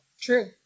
true